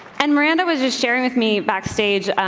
and miranda was just sharing with me backstage.